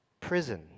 prison